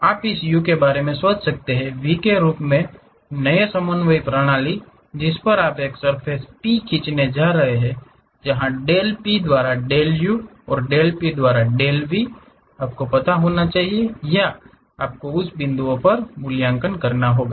आप इस U के बारे में सोच सकते हैं V के रूप में नए समन्वय प्रणाली जिस पर आप एक सर्फ़ेस P खींचने जा रहे हैं जहां डेल पी द्वारा डेल यू और डेल पी द्वारा डेल वी आपको पता होना चाहिए या आपको उस बिंदुओं पर मूल्यांकन करना होगा